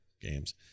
games